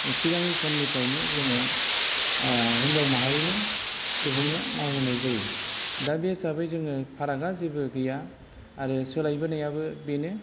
सिगां समनिफ्रायनो जोङो हिन्जाव माहारिनि सुबुंनो मावहोनाय जायो दा बे हिसाबैनो जोङो फारागा जेबो गैया आरो सोलायबोनायाबो बेनो